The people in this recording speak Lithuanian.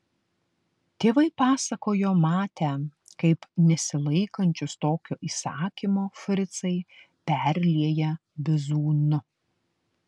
tėvai pasakojo matę kaip nesilaikančius tokio įsakymo fricai perlieja bizūnu